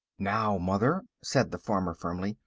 now, mother, said the farmer firmly,